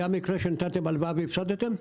היה מקרה שבו נתתם הלוואה והפסדתם?